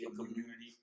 community